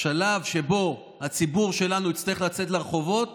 השלב שבו הציבור שלנו יצטרך לצאת לרחובות